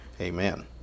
Amen